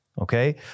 Okay